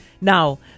Now